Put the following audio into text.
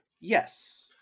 Yes